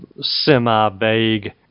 semi-vague